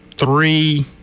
Three